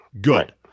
Good